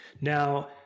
Now